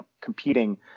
competing